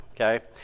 okay